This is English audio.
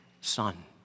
son